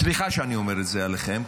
סליחה שאני אומר את זה עליכם,